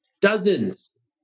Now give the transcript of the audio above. dozens